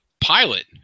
pilot